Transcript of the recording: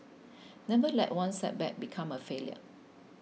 never let one setback become a failure